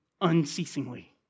unceasingly